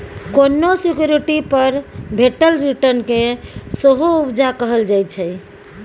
कोनो सिक्युरिटी पर भेटल रिटर्न केँ सेहो उपजा कहल जाइ छै